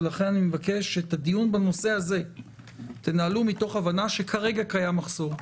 שתנהלו את הדיון בנושא הזה מתוך הבנה שכרגע קיים מחסור.